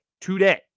today